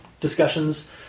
discussions